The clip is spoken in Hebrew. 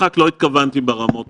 לא התכוונתי ב"משחק" ברמות הציניות.